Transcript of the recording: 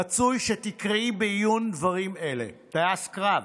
רצוי שתקראי בעיון דברים אלה, טייס קרב.